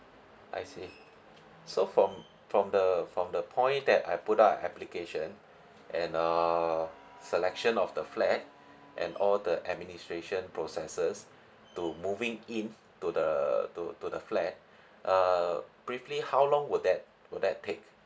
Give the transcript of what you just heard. I see so from from the from the point that I put up application and uh selection of the flat and all the administration processes to moving in to the to to the flat uh briefly how long would that would that take